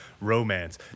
romance